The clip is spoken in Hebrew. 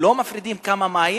לא מפרידים, כמה מים